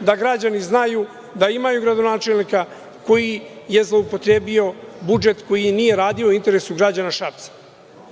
da građani znaju da imaju gradonačelnika koji je zloupotrebio budžet koji nije radio u interesu građana Šapca. Imamo